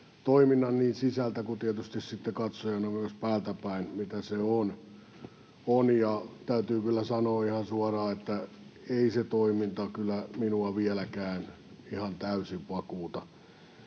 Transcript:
toiminnan niin sisältä kuin tietysti sitten katsojana myös päältäpäin, mitä se on, ja täytyy kyllä sanoa ihan suoraan, että ei se toiminta kyllä minua vieläkään ihan täysin vakuuta.